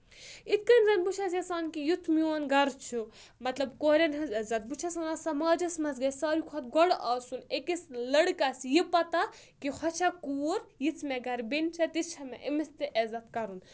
اِتھ کٔنۍ زَن بہٕ چھَس یَژھان کہِ یُتھ میون گَرٕ چھُ مطلب کورؠن ہٕنٛز عزت بہٕ چھَس وَنان سَماجَس منٛز گژھِ ساروی کھۄتہٕ گۄڈٕ آسُن أکِس لٔڑکَس یہِ پَتہ کہِ ہۄچھا کوٗر یِژھ مےٚ گَرٕ بیٚنہِ چھےٚ تِژھ چھےٚ مےٚ أمِس تہِ عزت کَرُن